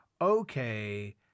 okay